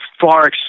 far